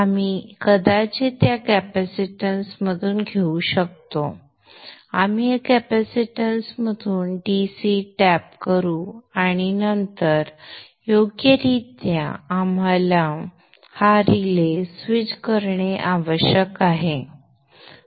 आपण कदाचित या कॅपॅसिटन्समधून घेऊ शकतो आपण या कॅपॅसिटन्समधून DC टॅप करू आणि नंतर योग्यरित्या आम्हाला हा रिले स्विच करणे आवश्यक आहे